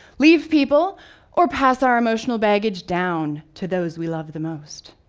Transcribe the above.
leave people or pass our emotional baggage down to those we love the most.